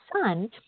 son